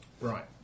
right